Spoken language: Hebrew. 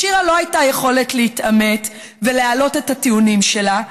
לשירה לא הייתה יכולת להתעמת ולהעלות את הטיעונים שלה,